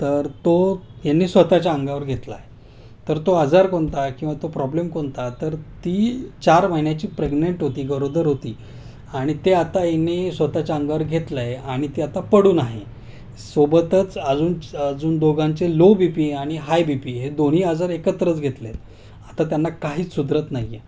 तर तो यांनी स्वतःच्या अंगावर घेतला आहे तर तो आजार कोणता किंवा तो प्रॉब्लेम कोणता तर ती चार महिन्याची प्रेग्नंट होती गरोदर होती आणि ते आता यांनी स्वतःच्या अंगावर घेतलं आहे आणि ते आता पडून आहे सोबतच अजून अजून दोघांचे लो बी पी आणि हाय बी पी हे दोन्ही आजार एकत्रच घेतलेत आता त्यांना काहीच सुधरत नाही आहे